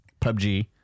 PUBG